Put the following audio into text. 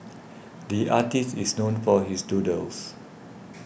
the artist is known for his doodles